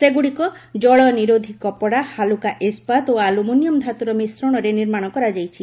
ସେଗୁଡ଼ିକ ଜଳନିରୋଧି କପଡ଼ା ହାଲୁକା ଇସ୍କାତ ଓ ଆଲୁମିନିୟମ୍ ଧାତୁର ମିଶ୍ରଣରେ ନିର୍ମାଣ କରାଯାଇଛି